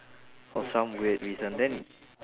for some weird reason then